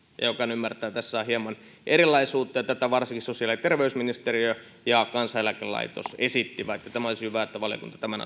jokainen ymmärtää että tässä on hieman erilaisuutta ja tätä varsinkin sosiaali ja terveysministeriö ja kansaneläkelaitos esittivät olisi hyvä että valiokunta tämän